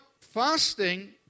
fasting